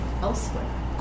elsewhere